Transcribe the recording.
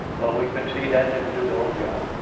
well we could see that didn't do the whole job.